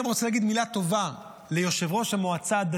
צריך להגיד מילה טובה לראש העיר יוסי נבעה.